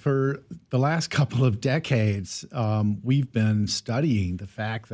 for the last couple of decades we've been studying the fact